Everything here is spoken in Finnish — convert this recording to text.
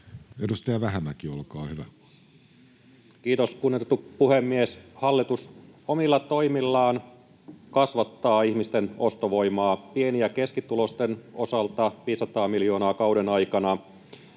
sd) Time: 16:21 Content: Kiitos, kunnioitettu puhemies! Hallitus omilla toimillaan kasvattaa ihmisten ostovoimaa, pieni- ja keskituloisten osalta 500 miljoonaa kauden aikana.